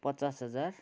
पचास हजार